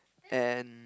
and